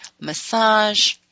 massage